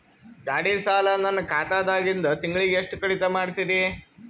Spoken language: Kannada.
ಗಾಢಿ ಸಾಲ ನನ್ನ ಖಾತಾದಾಗಿಂದ ತಿಂಗಳಿಗೆ ಎಷ್ಟು ಕಡಿತ ಮಾಡ್ತಿರಿ?